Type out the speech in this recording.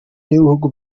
n’ibihugu